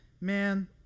Man